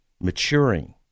maturing